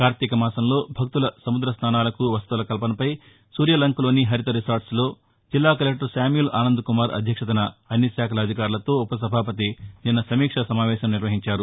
కార్తిక మాసంలో భక్తుల సముద్ర స్నానాలకు వసతుల కల్పనపై సూర్యలంకలోని హరిత రిసార్బ్లో జిల్లా కలెక్టర్ శామ్యూల్ అనంద్ కుమార్ అధ్యక్షతన అన్ని శాఖల అధికారులతో ఉప సభావతి నిన్న సమీక్షా సమావేశం నిర్వహించారు